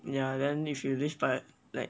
ya then if you live by like